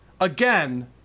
again